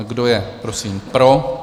Kdo je prosím pro?